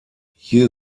hier